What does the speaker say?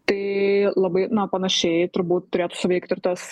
tai labai na panašiai turbūt turėtų suveikti ir tas